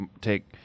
take